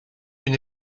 une